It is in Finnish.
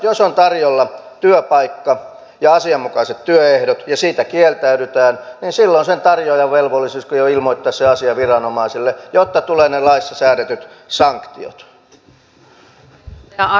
jos on tarjolla työpaikka ja asianmukaiset työehdot ja siitä kieltäydytään niin silloin sen tarjoajan velvollisuus on ilmoittaa se asia viranomaisille jotta tulevat ne laissa säädetyt sanktiot